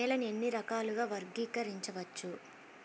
నేలని ఎన్ని రకాలుగా వర్గీకరించవచ్చు?